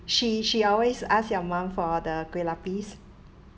she she always ask your mum for the kuihlapis